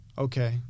okay